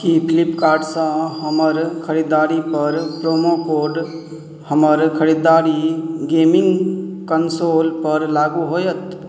कि फ्लिपकाॅर्टसँ हमर खरिदारीपर प्रोमो कोड हमर खरिदारी गेमिन्ग कन्सोलपर लागू होएत